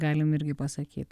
galim irgi pasakyt